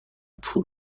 پول